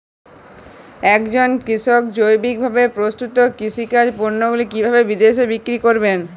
একজন কৃষক জৈবিকভাবে প্রস্তুত কৃষিজাত পণ্যগুলি কিভাবে বিদেশে বিক্রি করবেন?